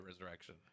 Resurrection